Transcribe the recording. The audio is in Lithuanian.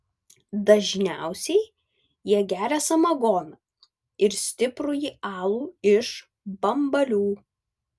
dažniausiai jie geria samagoną ir stiprųjį alų iš bambalių